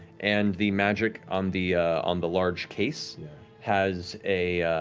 and the magic on the on the large case has a